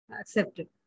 accepted